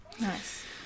Nice